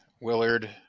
Willard